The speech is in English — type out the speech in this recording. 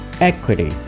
Equity